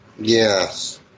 Yes